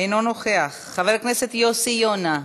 אינו נוכח, חבר הכנסת יוסי יונה,